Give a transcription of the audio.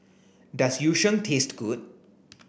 does Yu Sheng taste good